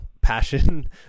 passion